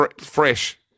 fresh